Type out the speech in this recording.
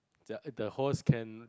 the horse can